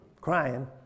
crying